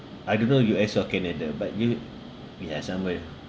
I don't know U_S or canada but it would we have somewhere